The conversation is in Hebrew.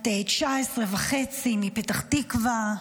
בת 19 וחצי מפתח תקווה.